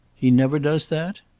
he never does that?